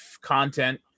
content